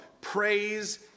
praise